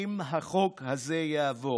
אם החוק הזה יעבור.